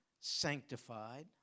sanctified